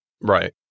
Right